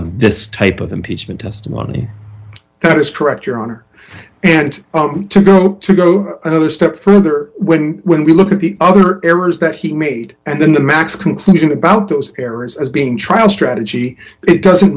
of this type of impeachment testimony that is correct your honor and to go another step further when when we look at the other errors that he made and then the max conclusion about those errors as being trial strategy it doesn't